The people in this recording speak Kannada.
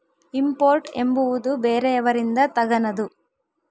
ಇಂಪೋರ್ಟ್ ಎಂಬುವುದು ಬೇರೆಯವರಿಂದ ತಗನದು